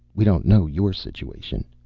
we don't know your situation.